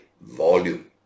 volume